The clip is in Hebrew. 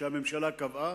שהממשלה קבעה,